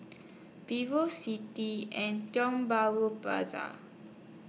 Vivocity and Tiong Bahru Plaza